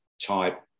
type